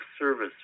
service